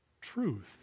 truth